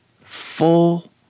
full